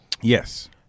Yes